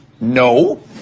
No